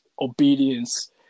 obedience